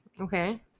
Okay